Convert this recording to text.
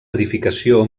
edificació